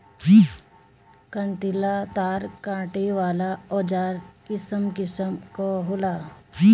कंटीला तार काटे वाला औज़ार किसिम किसिम कअ होला